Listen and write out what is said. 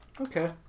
Okay